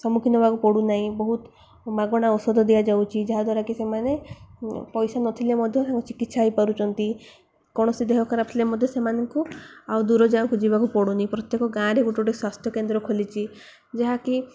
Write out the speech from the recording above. ସମ୍ମୁଖୀନ ହବାକୁ ପଡ଼ୁନାହିଁ ବହୁତ ମାଗଣା ଔଷଧ ଦିଆଯାଉଛି ଯାହାଦ୍ୱାରା କିି ସେମାନେ ପଇସା ନଥିଲେ ମଧ୍ୟ ସେ ଚିକିତ୍ସା ହେଇପାରୁଛନ୍ତି କୌଣସି ଦେହ ଖରାପ ଥିଲେ ମଧ୍ୟ ସେମାନଙ୍କୁ ଆଉ ଦୂର ଜାଗାକୁ ଯିବାକୁ ପଡ଼ୁନି ପ୍ରତ୍ୟେକ ଗାଁରେ ଗୋଟେ ଗୋଟେ ସ୍ୱାସ୍ଥ୍ୟ କେନ୍ଦ୍ର ଖୋଲିଛି ଯାହାକି